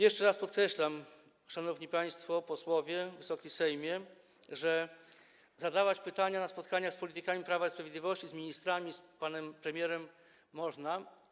Jeszcze raz podkreślam, szanowni państwo posłowie, Wysoki Sejmie, że zadawać pytania na spotkaniach z politykami Prawa i Sprawiedliwości, z ministrami, z panem premierem można.